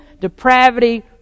depravity